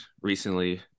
recently